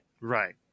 Right